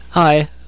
Hi